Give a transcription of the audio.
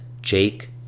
Jake